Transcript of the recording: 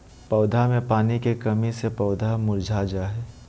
पौधा मे पानी के कमी से पौधा मुरझा जा हय